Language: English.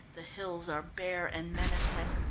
the hills are bare and menacing.